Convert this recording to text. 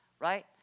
right